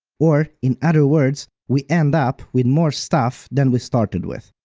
or in other words, we end up with more stuff than we started with.